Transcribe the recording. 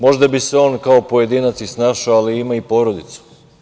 Možda bi se on kao pojedinac i snašao, ali ima i porodicu.